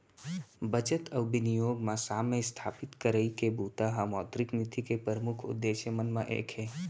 बचत अउ बिनियोग म साम्य इस्थापित करई के बूता ह मौद्रिक नीति के परमुख उद्देश्य मन म एक हे